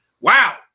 Wow